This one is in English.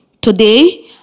Today